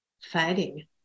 fighting